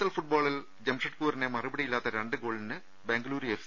L ഫുട്ബോളിൽ ജംഷഡ്പൂരിനെ മറുപടിയില്ലാത്ത രണ്ടു ഗോളുകളിന് ബെങ്കളൂരു എഫ്